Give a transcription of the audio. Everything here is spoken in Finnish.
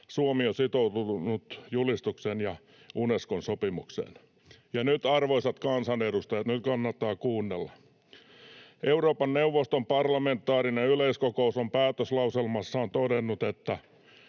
Suomi on sitoutunut julistukseen ja Unescon sopimukseen.” Ja nyt, arvoisat kansanedustajat, kannattaa kuunnella: ”Euroopan neuvoston parlamentaarinen yleiskokous on päätöslauselmassaan todennut, että